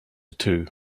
too